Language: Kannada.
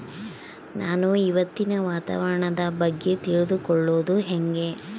ನಾನು ಇವತ್ತಿನ ವಾತಾವರಣದ ಬಗ್ಗೆ ತಿಳಿದುಕೊಳ್ಳೋದು ಹೆಂಗೆ?